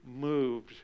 moved